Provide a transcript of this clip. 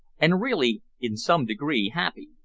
and really in some degree happy.